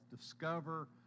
discover